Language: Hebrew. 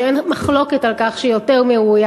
ואין מחלוקת על כך שהיא יותר מראויה,